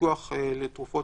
ביטוח לתרופות